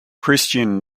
christian